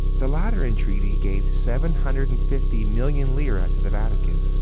the lateran treaty gave seven hundred and fifty million lire to the vatican,